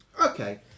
Okay